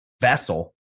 vessel